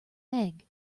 egg